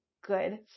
good